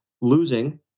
losing